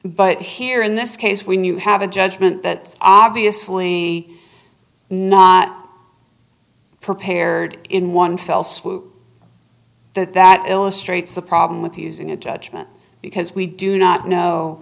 but here in this case when you have a judgment that obviously not prepared in one fell swoop that that illustrates a problem with using a judgment because we do not know